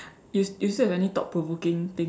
you you still have any thought provoking thing